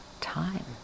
time